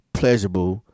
pleasurable